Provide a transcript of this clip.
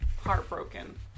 Heartbroken